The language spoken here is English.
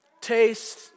taste